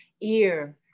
ear